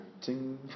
TING